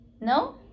No